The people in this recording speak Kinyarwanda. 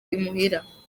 imuhira